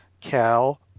Cal